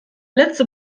letzte